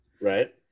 right